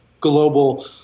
global